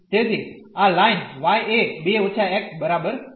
તેથી આ line y એ 2 − x બરાબર છે